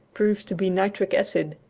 proves to be nitric acid.